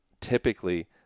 typically